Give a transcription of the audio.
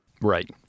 Right